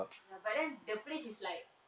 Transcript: ya but then the place is like